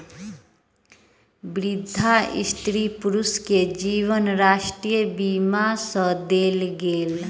वृद्ध स्त्री पुरुष के जीवनी राष्ट्रीय बीमा सँ देल गेल